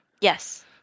Yes